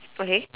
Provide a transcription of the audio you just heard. okay